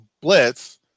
blitz